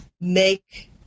make